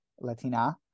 latina